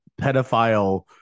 pedophile